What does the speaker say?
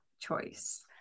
choice